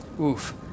oof